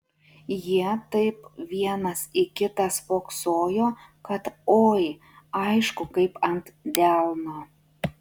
jie taip vienas į kitą spoksojo kad oi aišku kaip ant delno